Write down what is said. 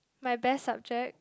my best subject